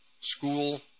school